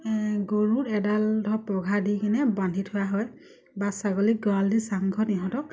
গৰুৰ এডাল ধৰক পঘা দি কিনে বান্ধি থোৱা হয় বা ছাগলীক গঁৰাল দি চাংঘৰত